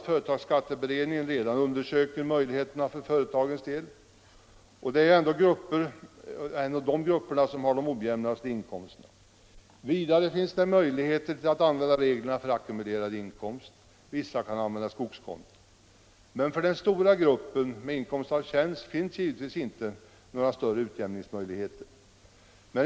Företagsskatteberedningen undersöker ju redan möjligheterna för företagen, och det är ändå den gruppen som har de ojämnaste inkomsterna. Vidare finns möjligheter att använda reglerna om ackumulerad inkomst. I vissa fall kan skogskonto också användas. Men för den stora gruppen med inkomst av tjänst finns givetvis inte några större utjämningsmöjligheter.